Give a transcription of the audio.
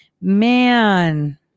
man